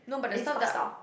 and it's pasta